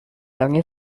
lange